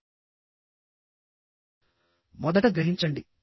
ప్రజలు గెలుపు నాయకుడిని కోరుకుంటున్నారని మొదట గ్రహించండి